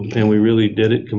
and we really did it,